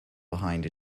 behind